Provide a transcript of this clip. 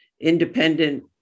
independent